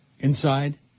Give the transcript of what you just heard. Inside